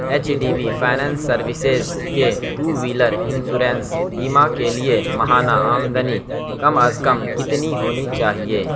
H D B finance services کے two wheeler insurance بیمہ کے لیے ماہانہ آمدنی کم از کم کتنی ہونی چاہیے